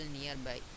nearby